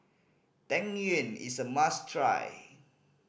Tang Yuen is a must try